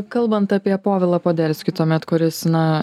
kalbant apie povilą poderskį tuomet kuris na